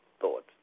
thoughts